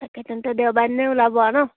তাকে তেন্তে দেওবাৰৰ দিনাই ওলাব আৰু নহ্